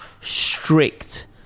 strict